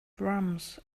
drums